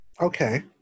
Okay